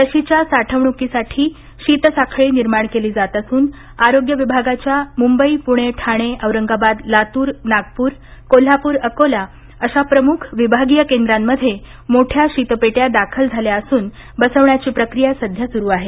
लशीच्या साठवणुकीसाठी शीतसाखळी निर्माण केली जात असून आरोग्य विभागाच्या मुंबई पुणे ठाणे औरंगाबाद लातूर नागपूर कोल्हापूर अकोला अशा प्रमुख विभागीय केंद्रांमध्ये मोठय़ा शीतपेटय़ा दाखल झाल्या असून बसविण्याची प्रक्रिया सध्या सुरू आहे